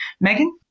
Megan